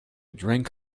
drink